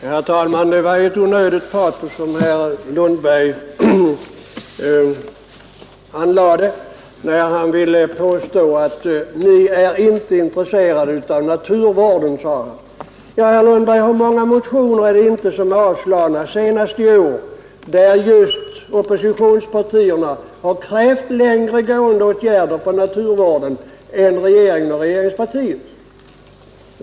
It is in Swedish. Herr talman! Det var ett onödigt patos herr Lundberg lade i dagen när han påstod att vi inte är intresserade av naturvården. Ja, herr Lundberg, hur många motioner är det inte som avslagits senast i år, där just oppositionspartierna krävt längre gående åtgärder för naturvården än regeringen och regeringspartiet?